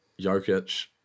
Jokic